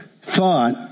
thought